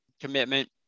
commitment